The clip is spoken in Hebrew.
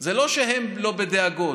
זה לא שהם לא בדאגות.